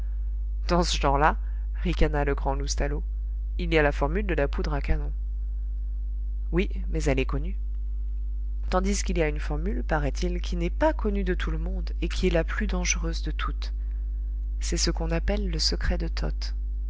dans ce genre-là ricana le grand loustalot il y a la formule de la poudre à canon oui mais elle est connue tandis qu'il y a une formule paraît-il qui n'est pas connue de tout le monde et qui est la plus dangereuse de toutes c'est ce qu'on appelle le secret de toth